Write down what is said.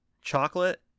Chocolate